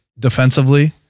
Defensively